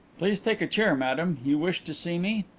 please take a chair, madame. you wished to see me?